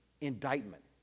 indictment